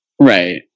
Right